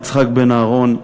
יצחק בן-אהרון,